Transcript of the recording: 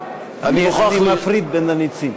אני מפריד בין הנצים.